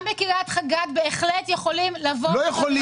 גם בקרית גת יכולים לבוא.